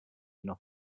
enough